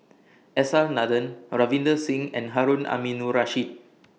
S R Nathan Ravinder Singh and Harun Aminurrashid